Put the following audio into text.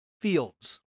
fields